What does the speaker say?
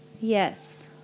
Yes